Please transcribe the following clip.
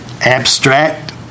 Abstract